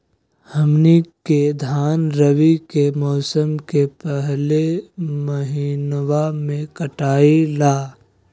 हमनी के धान रवि के मौसम के पहले महिनवा में कटाई ला